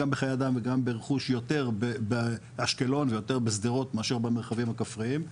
בחיי אדם וגם ברכוש יותר באשקלון ויותר בשדרות מאשר במרחבים הכפריים,